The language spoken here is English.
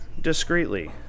discreetly